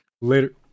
Later